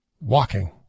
walking